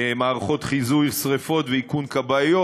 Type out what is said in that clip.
מערכות חיזוי שרפות ואיכון כבאיות,